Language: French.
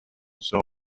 sera